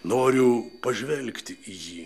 noriu pažvelgti į jį